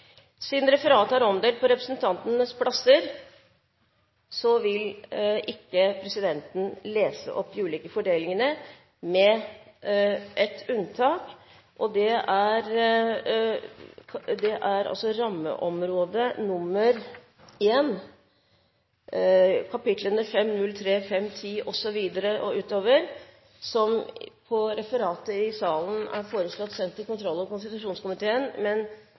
Siden referatet er omdelt på representantenes plasser, vil ikke presidenten lese opp de ulike fordelingene, med ett unntak. Det gjelder Rammeområde 1, kap. 503, 510, 520, 525, 530, 531, 532, 533, 534, 540, 545, 546, 3510, 3525, 3531, 3533 og 3540, som i referatet er foreslått sendt kontroll- og konstitusjonskomiteen, men